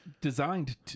designed